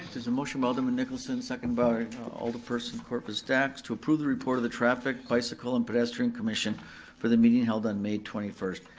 there's a motion by alderman nicholson, seconded by alderperson corpus dax, to approve the report of the traffic, bicycle, and pedestrian commission for the meeting held on may twenty first.